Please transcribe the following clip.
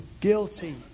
Guilty